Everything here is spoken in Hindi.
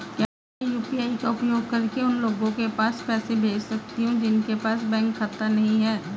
क्या मैं यू.पी.आई का उपयोग करके उन लोगों के पास पैसे भेज सकती हूँ जिनके पास बैंक खाता नहीं है?